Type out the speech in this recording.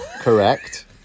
Correct